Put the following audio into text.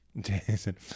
Jason